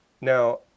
Now